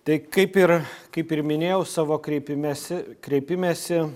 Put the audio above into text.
tai kaip ir kaip ir minėjau savo kreipimesi kreipimesi